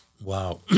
Wow